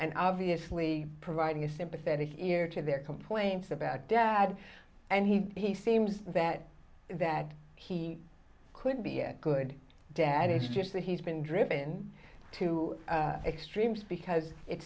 and obviously providing a sympathetic ear to their complaints about deb and he seems that that he could be a good dad it's just that he's been driven to extremes because it